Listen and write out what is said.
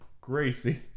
Gracie